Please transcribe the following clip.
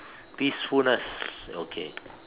peacefulness okay